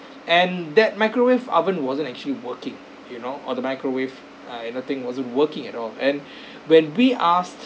and that microwave oven wasn't actually working you know or the microwave uh and the thing wasn't working at all and when we asked